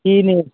কী news